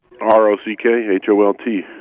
R-O-C-K-H-O-L-T